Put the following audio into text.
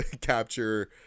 capture